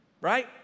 Right